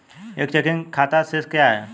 एक चेकिंग खाता शेष क्या है?